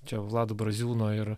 čia vlado braziūno ir